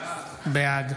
בעד